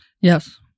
Yes